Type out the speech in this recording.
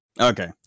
Okay